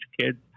kids